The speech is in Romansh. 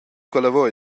quella